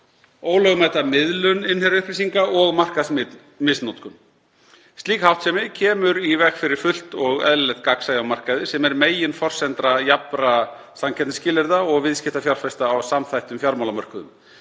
ólögmæta miðlun innherjaupplýsinga og markaðsmisnotkun. Slík háttsemi kemur í veg fyrir fullt og eðlilegt gagnsæi á markaði, sem er meginforsenda jafnra samkeppnisskilyrða og viðskipta fjárfesta á samþættum fjármálamörkuðum.